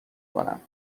کنم